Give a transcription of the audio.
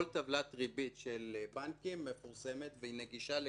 כל טבלת ריבית של בנקים מפורסמת והיא נגישה לכולם.